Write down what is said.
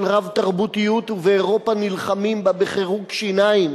רב-תרבותיות ובאירופה נלחמים בה בחירוק שיניים,